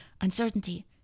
uncertainty